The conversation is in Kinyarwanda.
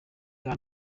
bwa